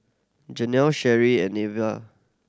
Janelle Sherry and Neva